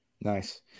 Nice